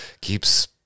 keeps